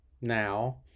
now